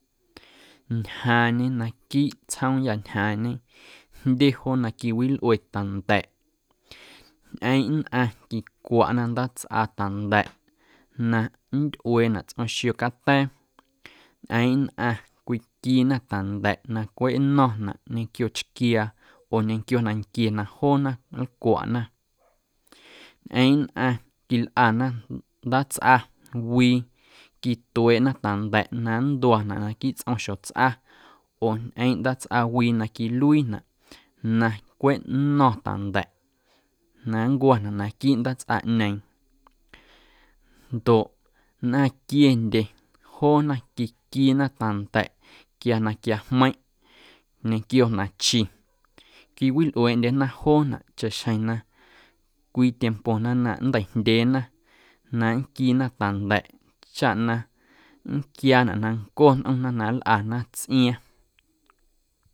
Ñjaaⁿñe naquiiꞌ tsjoomyâ ñjaaⁿñe jndye joo na quiwilꞌue ta̱nda̱ꞌ ñꞌeeⁿꞌ nnꞌaⁿ quicwaꞌnaꞌ ndaatsꞌa ta̱nda̱ꞌ na nntyꞌueenaꞌ tsꞌom xiocata̱a̱, ñꞌeeⁿꞌ nnꞌaⁿ cwitquiina ta̱nda̱ꞌ na cweꞌ nno̱ⁿnaꞌ ñequio chquiaa oo ñequio nanquie na joona nlcwaꞌna, ñꞌeeⁿ nnꞌaⁿ quilꞌana ndaatsꞌa wii quitueeꞌna ta̱nda̱ꞌ na nntuanaꞌ naquiiꞌ tsꞌom xjotsꞌa oo ñꞌeeⁿꞌ ndaatsꞌa wii na quiluiinaꞌ na cweꞌ nno̱ⁿ ta̱nda̱ꞌ na nncwo̱naꞌ naquiiꞌ ndaatsꞌaꞌñeeⁿ ndoꞌ nnꞌaⁿ quiendye joona quiquiina ta̱nda̱ꞌ quia na quiajmeiⁿꞌ ñequio nachi quiwilꞌueeꞌndyena joonaꞌ chaꞌxjeⁿ na cwii tiempo na nnteiꞌjndyeena na nquiina ta̱nda̱ꞌ chaꞌ na nquiaanaꞌ na nco nꞌomna na nlꞌana tsꞌiaaⁿ.